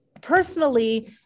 Personally